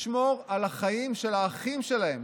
לשמור על החיים של האחים שלהם.